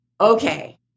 okay